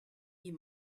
you